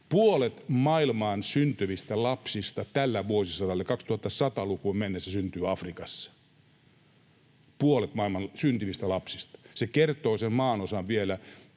Puolet maailmaan syntyvistä lapsista tällä vuosisadalla 2100-lukuun mennessä syntyy Afrikassa — puolet maailmaan syntyvistä lapsista. Se kertoo sen maanosan tarpeen